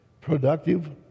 productive